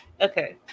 Okay